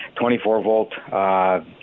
24-volt